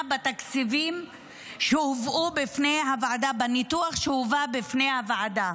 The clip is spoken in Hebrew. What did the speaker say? בתקציבים שהובאו בניתוח שהובא בפני הוועדה.